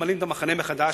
ממלאים את המחנה מחדש.